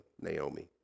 Naomi